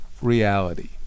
reality